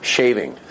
Shaving